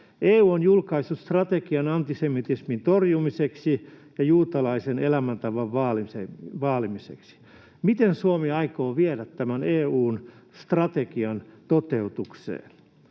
EU on julkaissut strategian antisemitismin torjumiseksi ja juutalaisen elämäntavan vaalimiseksi. Miten Suomi aikoo viedä tämän EU:n strategian toteutukseen?